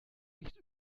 nicht